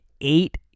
eight